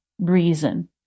reason